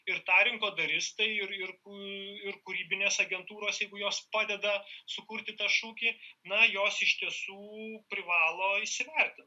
ir tą rinkodaristai ir ir kū ir kūrybinės agentūros jeigu jos padeda sukurti tą šūkį na jos iš tiesų privalo įsivertint